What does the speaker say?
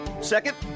Second